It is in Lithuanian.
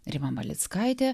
rima malickaitė